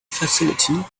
facility